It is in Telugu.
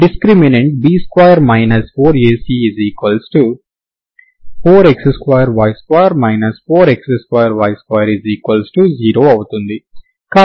డిస్క్రిమినెంట్ B2 4AC4x2y2 4x2y20 అవుతుంది